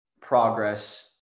progress